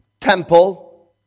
temple